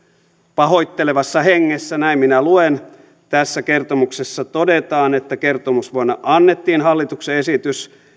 pahoittelevassa hengessä näin minä luen tässä kertomuksessa todetaan että kertomusvuonna annettiin hallituksen esitys